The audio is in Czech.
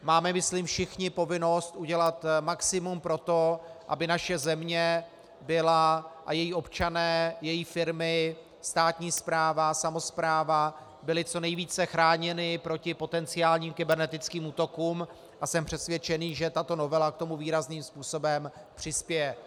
Máme myslím všichni povinnost udělat maximum pro to, aby naše země a její občané, její firmy, státní správa, samospráva byli co nejvíce chráněni proti potenciálním kybernetickým útokům, a jsem přesvědčen, že tato novela k tomu výrazným způsobem přispěje.